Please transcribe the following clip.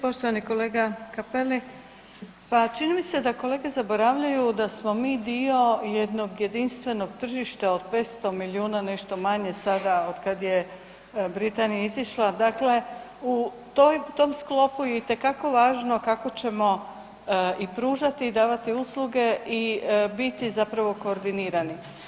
Poštovani kolega Cappelli, pa čini mi se da kolege zaboravljaju da smo mi dio jednog jedinstvenog tržišta od 500 milijuna, nešto manje sada otkad je Britanija izišla, dakle u toj, tom sklopu je itekako važno kako ćemo i pružati i davati usluge i biti zapravo koordinirani.